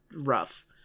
rough